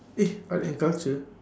eh art and culture